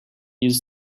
use